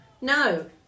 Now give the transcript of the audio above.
No